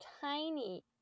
tiny